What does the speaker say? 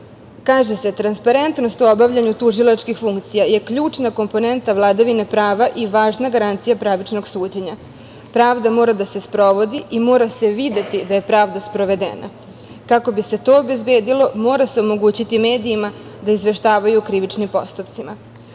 Kaže se: „Transparentnost u obavljanju tužilačkih funkcija je ključna komponenta vladavine prava i važna garancija pravičnog suđenja. Pravda mora da se sprovodi i mora se videti da je pravda sprovedena. Kako bi se to obezbedilo, mora se omogućiti medijima da izveštavaju o krivičnim postupcima.